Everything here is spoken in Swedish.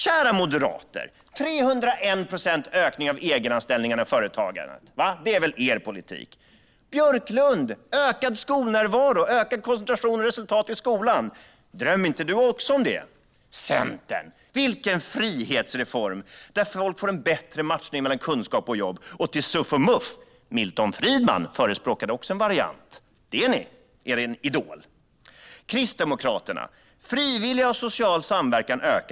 Kära moderater! En ökning med 301 procent av antalet egenanställda företagare är väl er politik? Björklund! Drömmer inte också du om ökad skolnärvaro, ökad koncentration och bättre resultat i skolan? Centern! Vilken frihetsreform! Folk får en bättre matchning mellan kunskap och jobb. CUF och MUF! Milton Friedman, er idol, förespråkade också en variant av detta. Det ni! Kristdemokraterna! Antalet frivilliga liksom den sociala samverkan ökar.